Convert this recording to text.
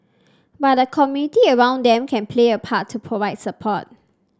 but the community around them can play a part to provide support